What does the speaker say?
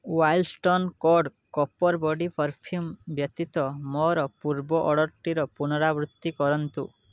wild Stone code copper body perfume ବ୍ୟତୀତ ମୋର ପୂର୍ବ ଅର୍ଡ଼ର୍ଟିର ପୁନରାବୃତ୍ତି କରନ୍ତୁ